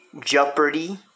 Jeopardy